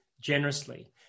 generously